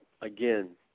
again